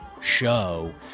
show